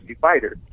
fighter